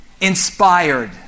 inspired